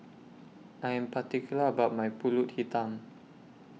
I Am particular about My Pulut Hitam